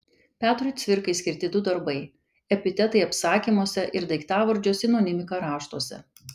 petrui cvirkai skirti du darbai epitetai apsakymuose ir daiktavardžio sinonimika raštuose